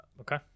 Okay